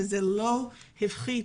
זה לא פחת